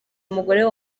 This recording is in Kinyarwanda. umugore